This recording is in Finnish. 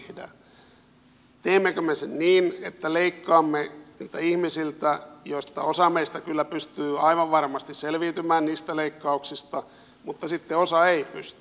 teemmekö me sen niin että leikkaamme ihmisiltä joista osa meistä kyllä pystyy aivan varmasti selviytymään niistä leikkauksista mutta sitten osa ei pysty